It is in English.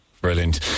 Brilliant